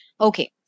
Okay